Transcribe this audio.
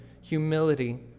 humility